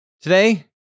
Today